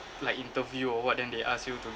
like interview or what then they ask you to